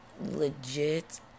Legit